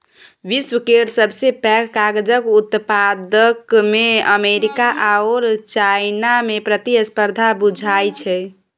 विश्व केर सबसे पैघ कागजक उत्पादकमे अमेरिका आओर चाइनामे प्रतिस्पर्धा बुझाइ छै